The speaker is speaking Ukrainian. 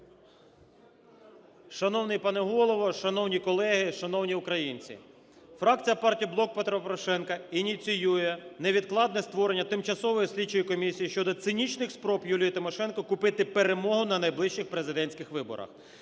Шановний пане Голово, шановні колеги, шановні українці, фракція партії "Блок Петра Порошенка" ініціює невідкладне створення тимчасової слідчої комісії щодо цинічних спроб Юлії Тимошенко купити перемогу на найближчих президентських виборах.